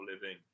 living